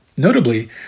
Notably